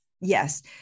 Yes